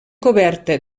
coberta